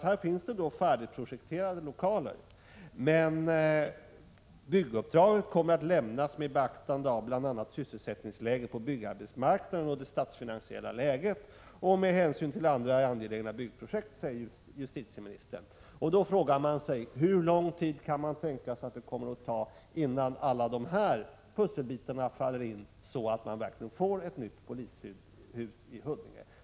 Här finns färdigprojekterade lokaler, men bygguppdraget kommer att lämnas med beaktande av bl.a. sysselsättningsläget på byggarbetsmarknaden och det statsfinansiella läget och med hänsyn till andra angelägna byggprojekt, säger justitieministern. Då frågar man sig: Hur lång tid kan det tänkas ta innan alla dessa pusselbitar faller in, så att man verkligen får ett nytt polishus i Huddinge?